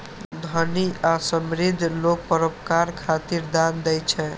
धनी आ समृद्ध लोग परोपकार खातिर दान दै छै